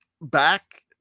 back